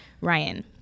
Ryan